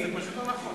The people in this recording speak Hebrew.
זה ממש לא נכון.